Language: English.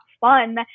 fun